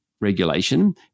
regulation